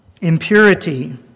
impurity